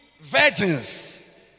virgins